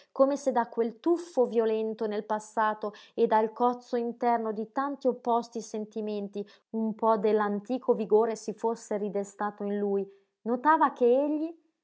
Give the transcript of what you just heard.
come se da quel tuffo violento nel passato e dal cozzo interno di tanti opposti sentimenti un po dell'antico vigore si fosse ridestato in lui notava che egli